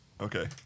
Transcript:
okay